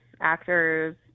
actors